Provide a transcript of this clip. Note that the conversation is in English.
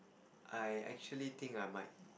I actually think I might